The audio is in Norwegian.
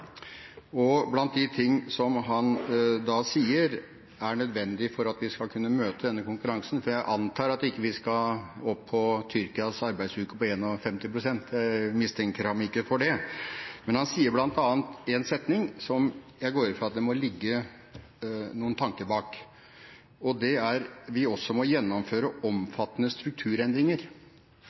Blant de ting som han da sier er nødvendig for at vi skal kunne møte denne konkurransen – for jeg antar at vi ikke skal opp på Tyrkias arbeidsuke på 51 timer, jeg mistenker ham ikke for det – er en setning som jeg går ut fra at det må ligge noen tanker bak, at «vi må gjennomføre omfattende strukturendringer». Kan vi få noen eksempler på de omfattende strukturendringer